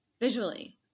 visually